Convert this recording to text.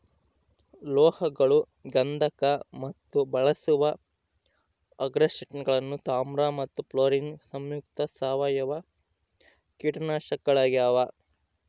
ಲೋಹಗಳು ಗಂಧಕ ಮತ್ತು ಬಳಸುವ ಆರ್ಸೆನೇಟ್ಗಳು ತಾಮ್ರ ಮತ್ತು ಫ್ಲೋರಿನ್ ಸಂಯುಕ್ತ ಸಾವಯವ ಕೀಟನಾಶಕಗಳಾಗ್ಯಾವ